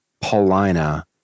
paulina